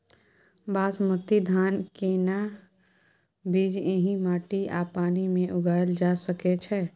बासमती धान के केना बीज एहि माटी आ पानी मे उगायल जा सकै छै?